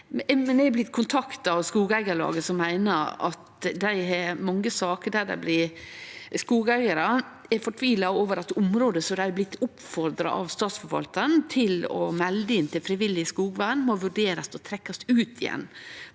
Eg er blitt kontakta av skogeigarlag som meiner at dei har mange saker der skogeigarar er fortvila over at område som dei er blitt oppfordra av statsforvaltaren til å melde inn til frivillig skogvern, må vurderast og trekkast ut igjen